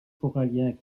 coralliens